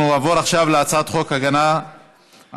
אנחנו נעבור עכשיו להצעת חוק הגנה על